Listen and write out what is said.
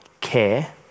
care